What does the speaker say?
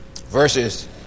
Verses